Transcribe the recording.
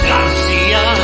Garcia